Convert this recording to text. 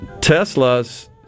Tesla's